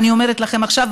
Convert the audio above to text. ואני אומרת לכם עכשיו,